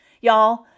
y'all